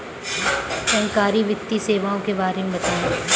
बैंककारी वित्तीय सेवाओं के बारे में बताएँ?